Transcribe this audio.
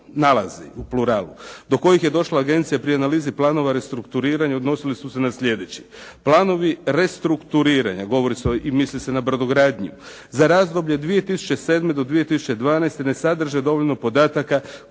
nalazi do kojih je došla Agencija pri analizi planova restrukturiranja odnosili su se na sljedeće. Planovi restrukturiranja", govori se i misli se na brodogradnju, "za razdoblje 2007.-2012. ne sadrže dovoljno podataka